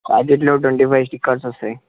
వాటిలో twenty five stickers వస్తాయి